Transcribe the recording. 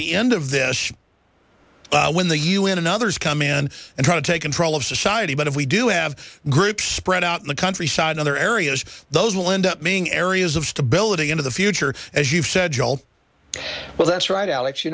the end of this when the un and others come in and try to take control of society even if we do have groups spread out in the countryside in other areas those will end up being areas of stability into the future as you've said joel well that's right alex you